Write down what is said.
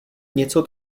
něco